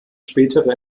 spätere